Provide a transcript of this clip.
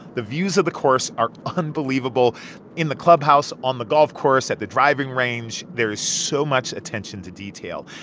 the views of the course are unbelievable in the clubhouse, on the golf course, at the driving range. there is so much attention to detail,